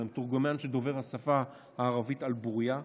אלא מתורגמן שדובר השפה הערבית על בורייה.